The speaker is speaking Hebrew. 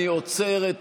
אני עוצר את